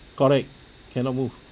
correct cannot move